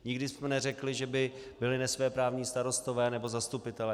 Nikdy jsme neřekli, že by byli nesvéprávní starostové nebo zastupitelé.